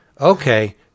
okay